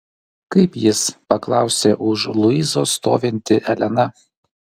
kaip jis paklausė už luizos stovinti elena